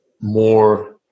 more